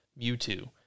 Mewtwo